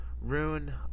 Rune